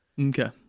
Okay